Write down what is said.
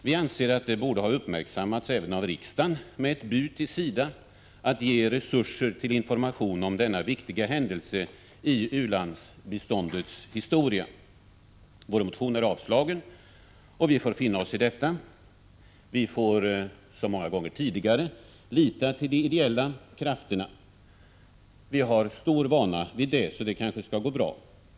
Vi anser att det borde ha uppmärksammats även av riksdagen, med ett bud till SIDA att ge resurser till information om denna viktiga händelse i u-landsbiståndets historia. Vår motion har avstyrkts. Vi får finna oss i det. Vi får, som många gånger tidigare, lita till de ideella krafterna. Vi har stor vana vid det, så det kanske går bra.